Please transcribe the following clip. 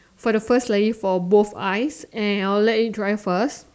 for the first slightly for both eyes and I will let it dry first